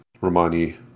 Romani